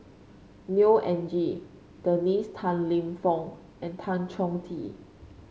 Neo Anngee Dennis Tan Lip Fong and Tan Chong Tee